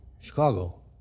Chicago